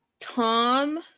Tom